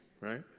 Right